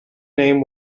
name